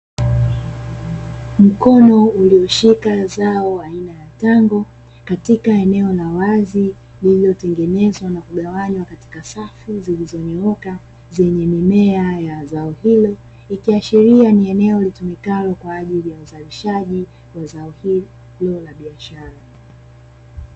Mkono ulioshika zao aina ya tango, katika eneo la wazi lililotengenezwa na kugawanywa katika safu zilizonyooka, zeenye mimea ya zao hilo, ikiashiria ni eneo litumikalo kwa ajili ya uzalishaji wa zao hilo la biashara.